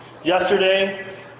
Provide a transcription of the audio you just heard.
Yesterday